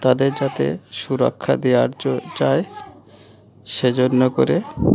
তাদের যাতে সুরক্ষা দেওয়া যায় সেজন্য করে